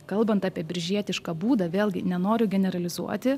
kalbant apie biržietišką būdą vėlgi nenoriu generalizuoti